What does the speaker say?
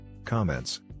Comments